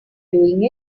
doing